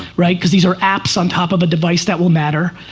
right, because these are apps on top of a device that will matter.